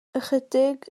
ychydig